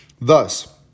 Thus